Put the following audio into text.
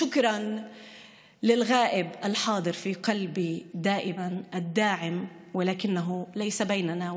תודה לנפקד הנוכח בליבי תמיד ותומך אבל הוא אינו בינינו,